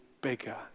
bigger